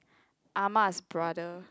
ah-ma's brother